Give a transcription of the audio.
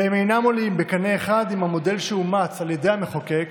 והם אינם עולים בקנה אחד עם המודל שאומץ על ידי המחוקק